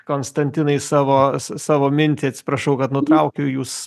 konstantinai savo savo mintį atsiprašau kad nutraukiau jus